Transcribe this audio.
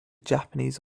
japanese